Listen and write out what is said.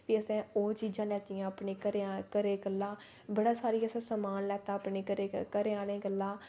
फ्ही असें ैओह् चीजां लैतियां अपने घरे गल्ला बड़ा सारा असें समान लैता अपने घरें आह्लें गल्ला